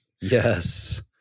Yes